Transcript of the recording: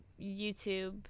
YouTube